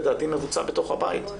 לדעתי מבוצע בתוך הבית,